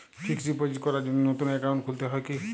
Fix deposit করার জন্য নতুন অ্যাকাউন্ট খুলতে হয় কী?